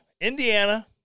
Indiana